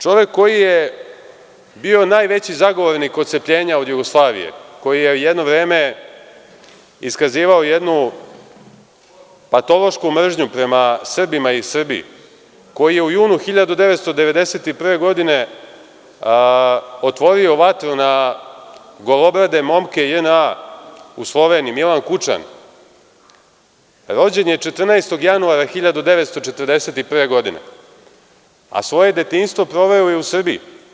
Čovek koji je bio najveći zagovornik otcepljenja od Jugoslavije, koji je jedno vreme iskazivao jednu patološku mržnju prema Srbima i Srbiji, koji je u junu 1991. godine otvorio vatru na golobrade momke JNA u Sloveniji, Milan Kučan, rođen je 14. januara 1941. godine, a svoje detinjstvo proveo je u Srbiji.